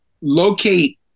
locate